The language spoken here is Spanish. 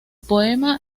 poema